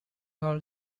hall